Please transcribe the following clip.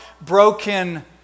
broken